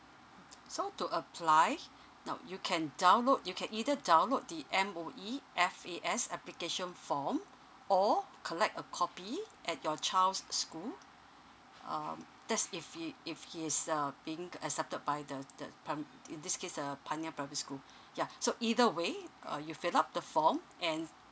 mm so to apply now you can download you can either download the M_O_E F_A_S application form or collect a copy at your child's school um that's if he if he is uh being accepted by the the prim~ in this case uh pioneer private school yeah so either way uh you fill up the form and